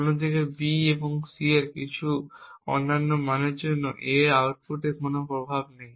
অন্যদিকে B এবং C এর কিছু অন্যান্য মানের জন্য A এর আউটপুটে কোন প্রভাব নেই